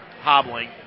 hobbling